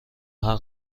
همه